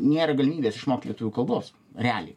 nėra galimybės išmokti lietuvių kalbos realiai